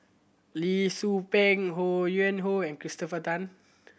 Lee Tzu Pheng Ho Yuen Hoe and Christopher Tan